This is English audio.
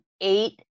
eight